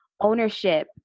ownership